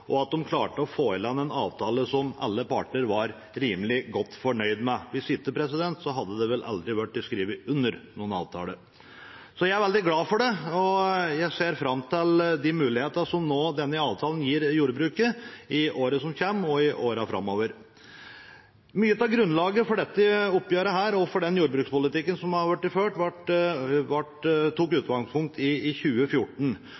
og at de klarte å få i land en avtale som alle parter var rimelig godt fornøyd med. Hvis ikke hadde det vel aldri vært skrevet under noen avtale. Jeg er veldig glad for det, og jeg ser fram til de mulighetene som denne avtalen nå gir jordbruket i året som kommer, og i årene framover. Mye av grunnlaget for dette oppgjøret og for den jordbrukspolitikken som har vært ført, tar utgangspunkt i 2014. Da ble